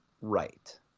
right